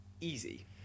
easy